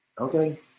Okay